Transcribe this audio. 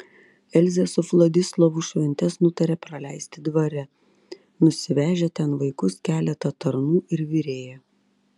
elzė su vladislovu šventes nutarė praleisti dvare nusivežę ten vaikus keletą tarnų ir virėją